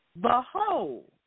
Behold